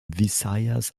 visayas